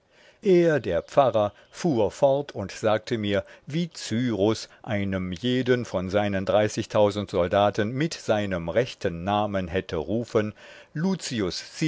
er der pfarrer fuhr fort und sagte mir wie cyrus einem jeden von seinen soldaten mit seinem rechten namen hätte rufen